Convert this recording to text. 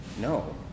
no